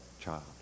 child